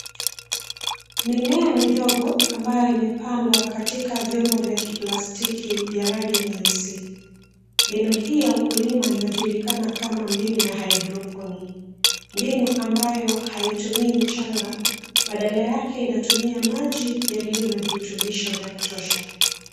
Mimea midogo ambayo ime pandwa katika vyombo vya kiplastiki vya rangi nyeusi. Mbinu hii ya ukulima inajulikana kama mbinu ya hydroponics . Mbinu ambayo haitumii mchanga badala yake inatumia maji yaliyo na virutubisho vya kutosha.